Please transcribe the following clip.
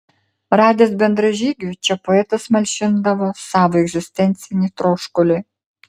radęs bendražygių čia poetas malšindavo savo egzistencinį troškulį